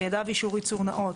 בידיו אישור ייצור נאות.